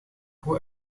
hoe